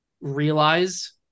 realize